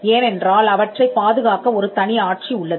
ஏனென்றால் அவற்றைப் பாதுகாக்க ஒரு தனி ஆட்சி உள்ளது